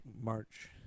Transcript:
March